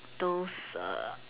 those uh